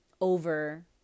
over